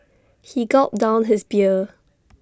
he gulped down his beer